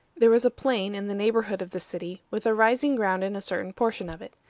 there was a plain in the neighborhood of the city, with a rising ground in a certain portion of it.